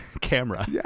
camera